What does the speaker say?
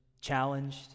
challenged